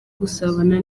gusabana